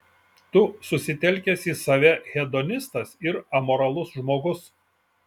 tu susitelkęs į save hedonistas ir amoralus žmogus